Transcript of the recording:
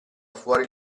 fuori